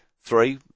three